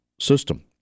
System